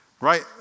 Right